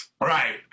Right